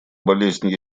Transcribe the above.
болезнь